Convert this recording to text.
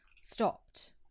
stopped